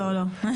לא, לא.